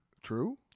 True